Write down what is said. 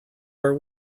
our